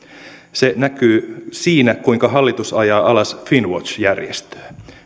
se näkyy siinä kuinka hallitus ajaa alas finnwatch järjestöä